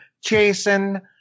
Jason